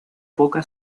poca